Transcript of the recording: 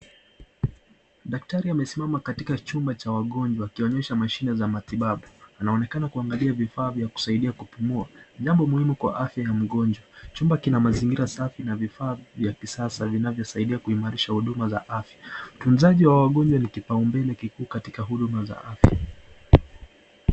Daktari amesimama katika chumba cha wagonjwa akionyesha mashine ya matibabu, anaonekana kuangalia vifaa vya kusaidia kupumua jambo muhimu kwa afya ya mgonjwa .Chumba kina mazingira safi na vifaa vya kisasa vinavyo saidia kuimarisha huduma za afya. Utunzaji wa wagonjwa ni kipau mbele kikuu katika huduma za afya.